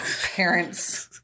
parents